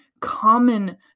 common